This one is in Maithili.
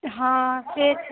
हँ से छै